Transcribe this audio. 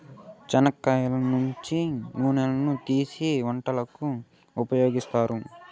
చెనిక్కాయల నుంచి నూనెను తీసీ వంటలకు ఉపయోగిత్తారు